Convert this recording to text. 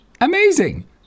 Amazing